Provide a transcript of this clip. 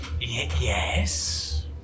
Yes